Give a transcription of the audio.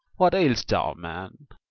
what ail'st thou, man?